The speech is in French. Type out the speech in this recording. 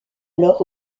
alors